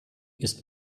ist